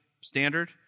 standard